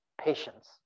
patience